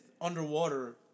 underwater